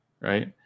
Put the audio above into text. right